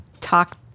talk